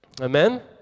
Amen